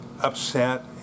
upset